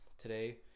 Today